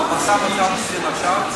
אבל משא-ומתן עושים עכשיו,